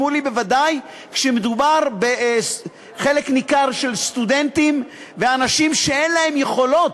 בוודאי כשמדובר בחלק ניכר בסטודנטים ובאנשים שאין להם יכולות.